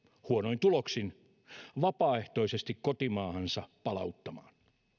huonoin tuloksin vapaaehtoisesti kotimaahansa palauttamaan